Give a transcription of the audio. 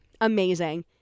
amazing